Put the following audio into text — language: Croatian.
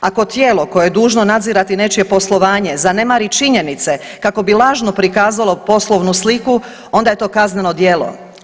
Ako tijelo koje je dužno nadzirati nečije poslovanje zanemari činjenice kako bi lažno prikazalo poslovnu sliku, onda je to kazneno djelo.